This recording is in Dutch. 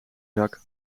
zak